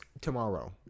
Tomorrow